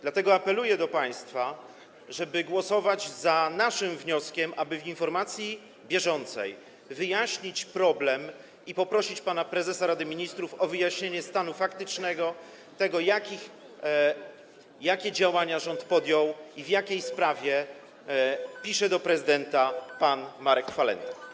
Dlatego apeluję do państwa, żeby głosować za naszym wnioskiem, aby w informacji bieżącej wyjaśnić problem i poprosić pana prezesa Rady Ministrów o wyjaśnienie stanu faktycznego tego, jakie działania rząd podjął i w jakiej sprawie pisze do prezydenta pan Marek Falenta.